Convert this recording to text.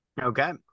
Okay